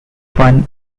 fun